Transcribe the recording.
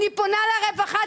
אני פונה לרווחה,